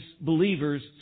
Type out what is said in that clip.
believers